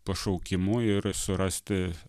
pašaukimu ir surasti